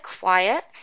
quiet